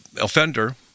offender